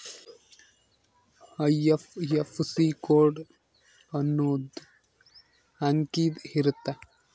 IFSC code ಅನ್ನೊಂದ್ ಅಂಕಿದ್ ಇರುತ್ತ